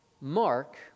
Mark